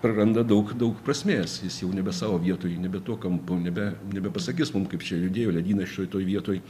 praranda daug daug prasmės jis jau nebe savo vietoj nebe tuo kampu nebe nebepasakys mum kaip čia judėjo ledynas šitoj vietoj